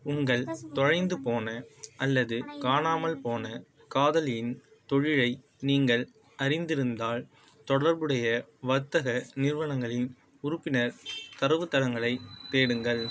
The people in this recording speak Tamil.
உங்கள் தொலைந்துப்போன அல்லது காணாமல் போன காதலியின் தொழிலை நீங்கள் அறிந்திருந்தால் தொடர்புடைய வர்த்தக நிறுவனங்களின் உறுப்பினர் தரவுத் தளங்களைத் தேடுங்கள்